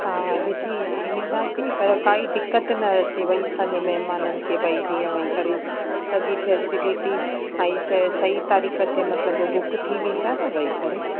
हा ॾिसी इनीदासीं त काई दिक़तु न अचे भाई असांजे महिमाननि खे भाई जीअं वेही करे सॼी फैसिलिटी काई शइ सई तारीख़ ते मतिलब बुक थी वेंदा त वेही करे